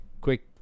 quick